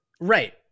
right